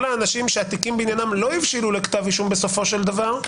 כל האנשים שהתיקים בעניינם לא הבשילו לכתב אישום בסופו של דבר,